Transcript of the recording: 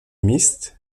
mixte